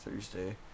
Thursday